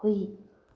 ꯍꯨꯏ